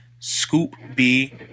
ScoopB